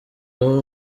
aho